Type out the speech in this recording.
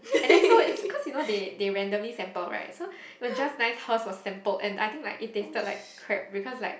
and then so it cause you know they they randomly sample right so it was just nice hers was sampled and I think like it tasted like crap because like